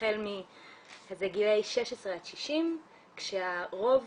זה גילאי 16 עד 60, כשרוב